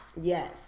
Yes